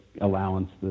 allowance